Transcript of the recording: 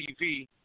TV